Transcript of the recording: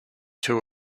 two